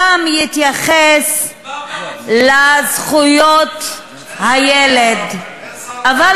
גם יתייחס לזכויות הילד, מדובר ברוצחים.